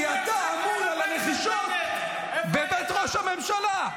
כי אתה אמון על הרכישות בבית ראש הממשלה.